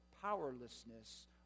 powerlessness